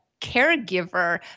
caregiver